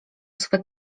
swe